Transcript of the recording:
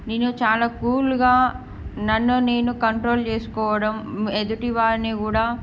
నేను చాలా కూల్గా నన్ను నేను కంట్రోల్ చేసుకోవడం ఎదుటివారిని కూడా